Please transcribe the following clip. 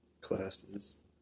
classes